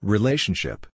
Relationship